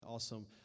Awesome